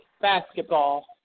basketball